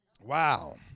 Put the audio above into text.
Wow